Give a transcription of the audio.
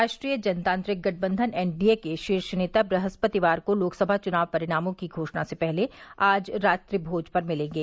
राष्ट्रीय जनतांत्रिक गठबंधन एनडीए के शीर्ष नेता ब्रहस्पतिवार को लोकसभा चुनाव परिणामों की घोषणा से पहले आज रात्रिमोज पर मिलेंगे